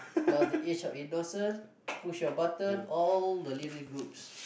plus the age of innocence push your button all the lyric groups